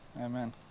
amen